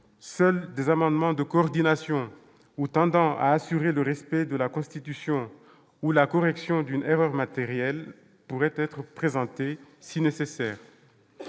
seuls des amendements de coordination ou tendant à assurer le respect de la Constitution ou la correction d'une erreur matérielle, pourrait être présenté si nécessaire.